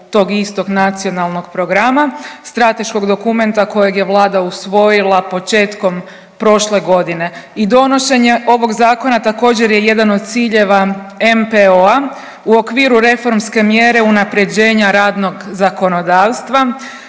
tog istog nacionalnog programa, strateškog dokumenta kojeg je vlada usvojila početkom prošle godine i donošenje ovog zakona također je jedan od ciljeva NPOO-a u okviru reformske mjere unaprjeđenja radnog zakonodavstva